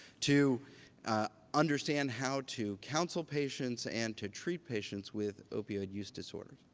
to understand how to counsel patients and to treat patients with opioid use disorders.